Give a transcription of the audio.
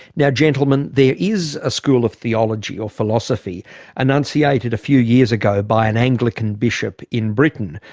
now gentlemen there is a school of theology or philosophy enunciated a few years ago by an anglican bishop in britain,